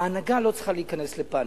ההנהגה לא צריכה להיכנס לפניקה.